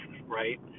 Right